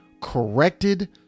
corrected